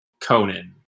Conan